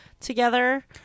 together